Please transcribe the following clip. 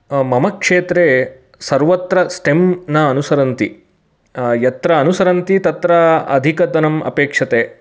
मम क्षेत्रे सर्वत्र स्टेम् न अनुसरन्ति यत्र अनुसरन्ति तत्र अधिकधनम् आपेक्षते